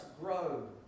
grow